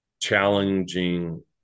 challenging